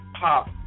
pop